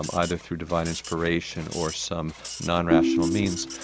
um either through divine inspiration or some non-rational means.